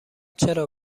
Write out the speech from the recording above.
چرا